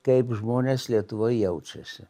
kaip žmonės lietuvoj jaučiasi